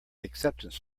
acceptance